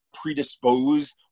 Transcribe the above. predisposed